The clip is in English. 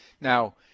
Now